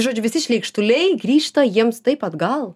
žodžiu visi šleikštuliai grįžta jiems taip atgal